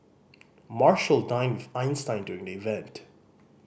marshall dined with Einstein during the event